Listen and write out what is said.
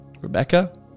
Rebecca